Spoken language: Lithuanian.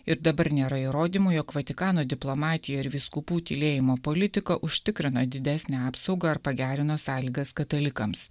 ir dabar nėra įrodymų jog vatikano diplomatija ir vyskupų tylėjimo politiką užtikrina didesnę apsaugą ir pagerino sąlygas katalikams